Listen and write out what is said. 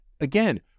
Again